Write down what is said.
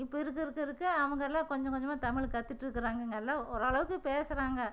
இப்போ இருக்க இருக்க இருக்க அவங்கெல்லாம் கொஞ்சம் கொஞ்சமாக தமிழ் கற்றுட்டுருக்குறாங்கங்க எல்லாம் ஓரளவுக்கு பேசுகிறாங்க